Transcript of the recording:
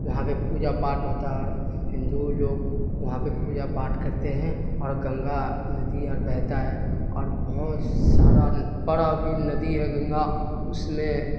وہاں پہ پوجا پاٹھ ہوتا اور ہندو لوگ وہاں پہ پوجا پاٹھ کرتے ہیں اور گنگا ندی اور بہتا ہے اور بہت سارا بڑا بھی ندی ہے گنگا اس میں